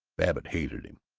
babbitt hated him.